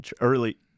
early